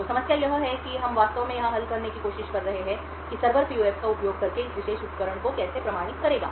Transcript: तो समस्या यह है कि हम वास्तव में यहां हल करने की कोशिश कर रहे हैं कि सर्वर पीयूएफ का उपयोग करके इस विशेष उपकरण को कैसे प्रमाणित करेगा